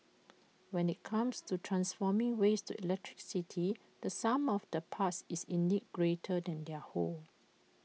when IT comes to transforming waste to electricity the sum of the parts is indeed greater than their whole